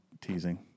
teasing